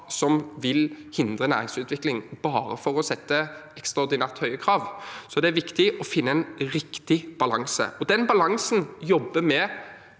som vil hindre næringsutvikling, bare for å sette ekstraordinært høye krav, så det er viktig å finne en riktig balanse. Den balansen jobber vi